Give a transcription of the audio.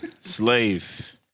Slave